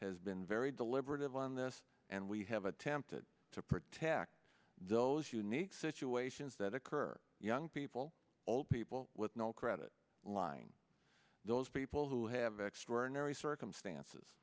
has been very deliberative on this and we have attempted to protect those unique situations that occur young people old people with no credit line those people who have extraordinary circumstances